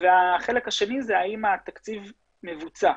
והחלק השני זה האם התקציב מבוצע,